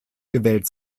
gewählt